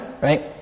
right